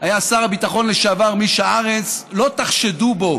שר הביטחון לשעבר מישה ארנס, לא תחשדו בו